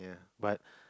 but